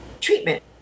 treatment